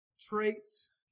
traits